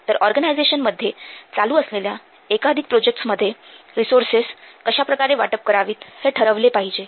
मग ऑर्गनायझेशनमध्ये चालू असलेल्या एकाधिक प्रोजेक्ट्समध्ये रिसोर्सेस कशाप्रकारे वाटप करावीत हे ठरवले पाहिजे